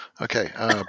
Okay